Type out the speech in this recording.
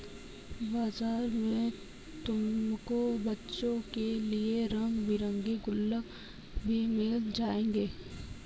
बाजार में तुमको बच्चों के लिए रंग बिरंगे गुल्लक भी मिल जाएंगे